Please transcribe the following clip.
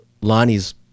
Lonnie's